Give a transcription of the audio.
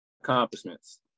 accomplishments